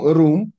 room